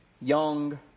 young